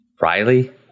Riley